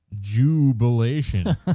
Jubilation